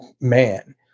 man